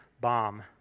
bomb